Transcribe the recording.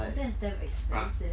oh that's damn expensive